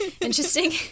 interesting